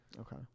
Okay